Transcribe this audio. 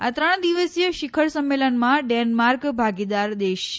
આ ત્રણ દિવસીય શિખર સંમેલનમાં ડેન્માર્ક ભાગીદાર દેશ છે